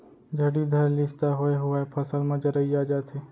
झड़ी धर लिस त होए हुवाय फसल म जरई आ जाथे